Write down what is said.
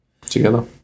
together